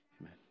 Amen